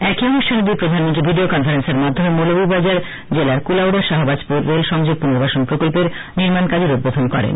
একই অনুষ্ঠানে দুই প্রধানমন্ত্রী ভিডিও কনফারেন্সের মাধ্যমে মৌলবীবাজার জেলার কুলাউডা শাহবাজপুর রেল সংযোগ পুনর্বাসন প্রকল্পেরও নির্মাণ কাজ উদ্বোধন করেন